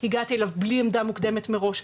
אני הגעתי בלי עמדה מוקדמת מראש,